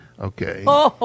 Okay